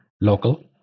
local